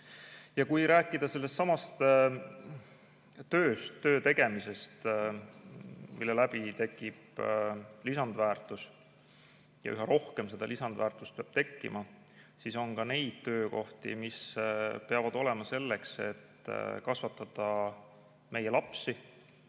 rohkem. Kui rääkida sellestsamast tööst, töö tegemisest, mille läbi tekib lisandväärtus – ja üha rohkem seda lisandväärtust peab tekkima –, siis on ka neid töökohti, mida on vaja selleks, et kasvatataks meie lapsi,